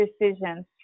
decisions